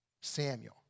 Samuel